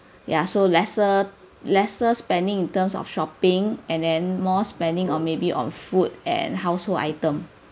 ya so lesser lesser spending in terms of shopping and then more spending on maybe on food and household item